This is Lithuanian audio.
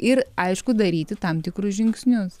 ir aišku daryti tam tikrus žingsnius